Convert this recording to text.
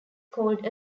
called